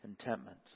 contentment